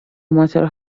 matter